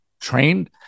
trained-